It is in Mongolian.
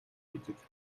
гэдэг